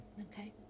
Okay